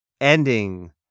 ending